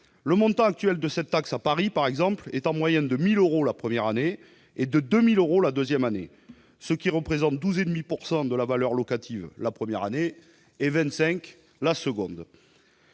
Le montant actuel de cette taxe à Paris, par exemple, est en moyenne de 1 000 euros la première année et de 2 000 euros la deuxième année, ce qui représente 12,5 % de la valeur locative du bien la première année et 25 % la deuxième